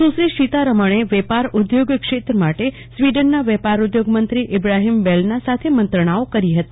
સુશ્રી સીતારમણે વેપાર ઉદ્યોગ ક્ષેત્ર માટે સ્વીડનના વેપાર ઉદ્યોગ મંત્રી ઈબ્રાહીમ બેલના સાથે મંત્રાણાઓ કરી હતી